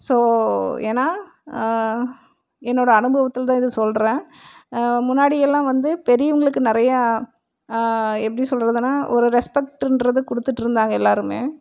so ஏன்னால் என்னோடய அனுபவத்தில் தான் இதை சொல்கிறேன் முன்னாடியெல்லாம் வந்து பெரியவங்களுக்கு நிறையா எப்படி சொல்கிறதுன்னா ஒரு ரெஸ்பெக்ட்டுன்றது கொடுத்துட்டுருந்தாங்க எல்லோருமே